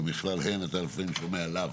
אבל מכלל הן אתה לפעמים שומע לאו.